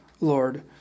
Lord